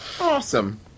Awesome